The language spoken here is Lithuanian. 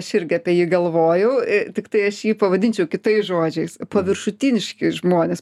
aš irgi apie jį galvojau tiktai aš jį pavadinčiau kitais žodžiais paviršutiniški žmonės